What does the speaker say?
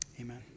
Amen